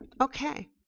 Okay